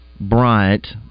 Bryant